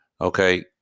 Okay